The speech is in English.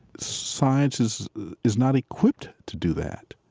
science is is not equipped to do that.